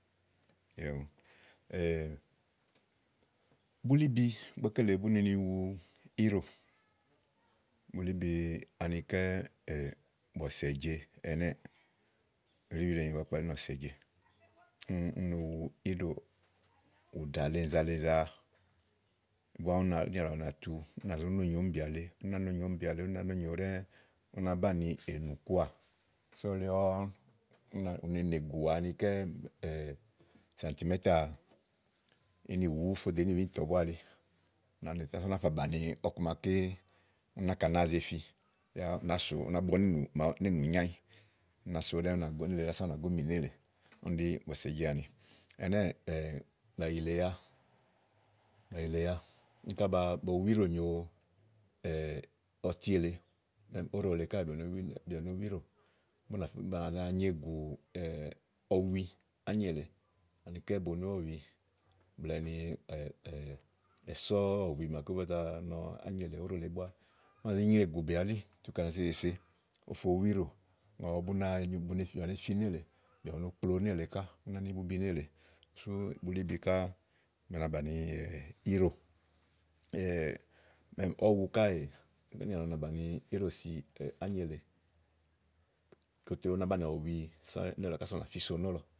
bulìbi, ígbɔké lèe bú ne ni wu íɖò. bulíbi anikɛ́ bòsèje bòséje ɛnɛ́ɛ̀ bulíbi le ba kpalí ni bòsèje úni no wu íɖò, ùɖà le nìza le nìza búá, ú nà zá tu, ú nà zó no nyòo míìbìà elí, ú nàá no nyòó míìbìà ú nàá no elí ɖɛ́ɛ́, ú nàá banìi ènù kɔà sɔ̀lìɔ̀ ɔ̀, ú nàá ù ne nègù anikɛ́ sàntì métà ínì wú fò dò ínìwúíìntɔ búá eli màa úni fè ása ú náa fà bàni ɔku màaké úni náka nàáa ze fi yá ú náa sò ú nàá bɔ néènù nyo ányi ú nàá so ɖɛ́ɛ́ unà gó mì ása ú nàá mi nélèe úni ɖí bɔ̀sèje àniɛnɛ́ɛ̀ bàyìlèya bàyìlèya búni ká bo wu íɖò nyo ɔti èle óɖò lèe káèè bìà bo wu íɖò bìà na nyegù ɔwi ányi èle ani kɛ́ bonùɔ̀wi blɛ̀ɛ ni èsɔ̀ ɔ̀wi màaké ówó ba za nɔ óɖò lèe búáú ná zé nyrégùbìà elí tu kɛ̀nìà so èsèse ofo wu íɖò awu bú náa nyo bìà be fi nélèe bìà no kplo nélèe ká bú nèé ni bubi nélèe sú bulíbi bìà u na bàni íɖò ɔ̀wu káèè úni àlɔ na bàni íɖò si á yi èle. klekle ú nàá banìi ɔwi kása ú nà físo nɔ̀lɔ.